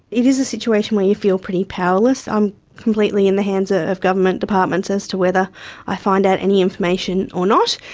it is a situation where you feel pretty powerless. i'm completely in the hands ah of government departments as to whether i find out any information or not.